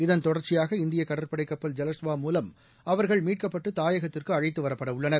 இதன் தொடர்ச்சியாக இந்தியக் கடற்படைக் கப்பல் ஜலஸ்வா மூலம் அவர்கள் மீட்கப்பட்டு தாயகத்திற்கு அழைத்துவரப்படவுள்ளனர்